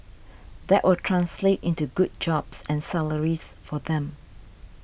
that will translate into good jobs and salaries for them